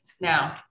now